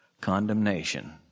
condemnation